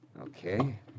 Okay